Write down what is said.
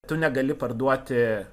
tu negali parduoti